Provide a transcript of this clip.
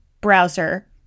browser